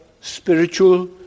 spiritual